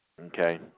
okay